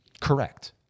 correct